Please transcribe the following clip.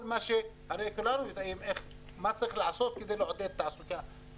הרי כולנו יודעים מה צריך לעשות כדי לעודד תעסוקה.